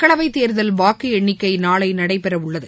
மக்களவைதேர்தல் வாக்குஎண்ணிக்கைநாளைநடைபெறஉள்ளது